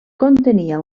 contenia